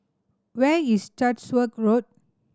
where is Chatsworth Road